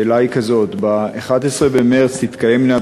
השאלה היא כזאת: ב-11 במרס תתקיימנה